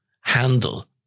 handle